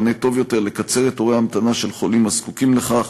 מענה טוב יותר ולקצר את תורי ההמתנה של חולים הזקוקים לכך.